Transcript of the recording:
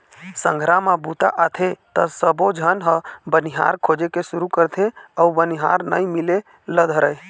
संघरा म बूता आथे त सबोझन ह बनिहार खोजे के सुरू करथे अउ बनिहार नइ मिले ल धरय